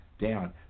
Down